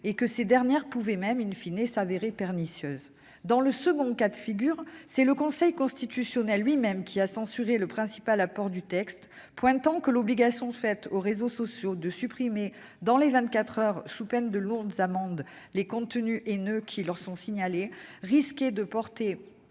et que ces dernières pouvaient même,, s'avérer pernicieuses. Dans le second cas de figure, c'est le Conseil constitutionnel lui-même qui a censuré le principal apport du texte, pointant que l'obligation faite aux réseaux sociaux de supprimer dans les vingt-quatre heures, sous peine de lourdes amendes, les contenus « haineux » qui leur sont signalés risquait de porter